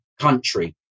country